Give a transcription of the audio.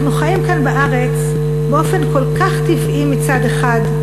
אנחנו חיים כאן בארץ באופן כל כך טבעי מצד אחד,